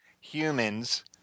humans